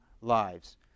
lives